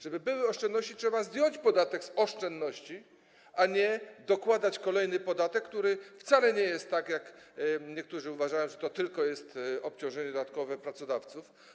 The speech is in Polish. Żeby były oszczędności, trzeba zdjąć podatek z oszczędności, a nie dokładać kolejny podatek, który wcale nie jest, tak jak niektórzy uważają, tylko dodatkowym obciążeniem pracodawców.